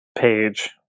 page